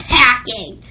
packing